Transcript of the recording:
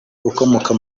ukomoka